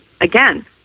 again